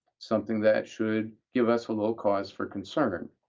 something that should give us a little cause for concern.